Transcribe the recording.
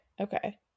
okay